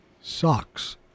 socks